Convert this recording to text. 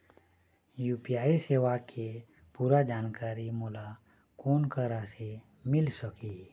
UPI सेवा के पूरा जानकारी मोला कोन करा से मिल सकही?